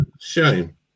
shame